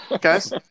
Guys